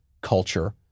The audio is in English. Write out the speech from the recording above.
culture